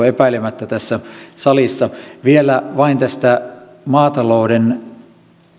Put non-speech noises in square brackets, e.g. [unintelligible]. [unintelligible] epäilemättä tässä salissa vielä vain tästä maatalouden